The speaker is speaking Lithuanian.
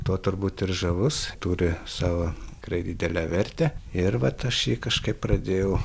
tuo turbūt ir žavus turi savo tikrai didelę vertę ir vat aš jį kažkaip pradėjau